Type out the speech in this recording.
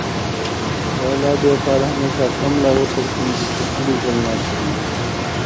पहला व्यापार हमेशा कम लागतेर पूंजी स शुरू करना चाहिए